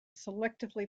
selectively